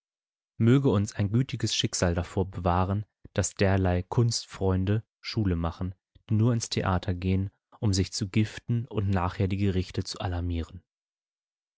möge uns ein gütiges schicksal davor bewahren daß derlei kunstfreunde schule machen die nur ins theater gehen um sich zu giften und nachher die gerichte zu alarmieren